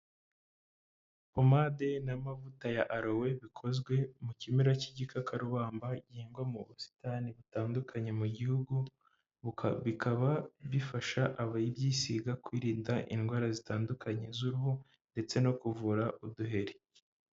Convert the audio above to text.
Pomade n'amavuta ya arowe, bikozwe mu kimera cy'igikakarubamba, gihwa mu busitani butandukanye mu gihugu, bikaba bifasha ababyisiga kwirinda indwara zitandukanye z'uruhu ndetse no kuvura uduheri.